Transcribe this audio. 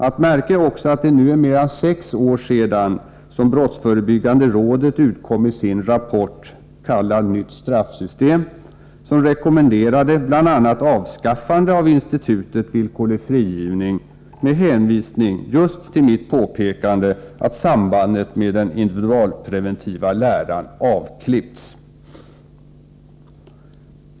Att märka är också att det nu är mer än sex år sedan som brottsförebyggande rådet utkom med sin rapport, kallad Nytt straffsystem, som rekommenderade bl.a. avskaffande av institutet villkorlig frigivning just med hänvisning till att sambandet med den individualpreventiva läran avklippts.